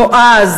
נועז,